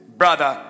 brother